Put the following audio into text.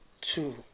two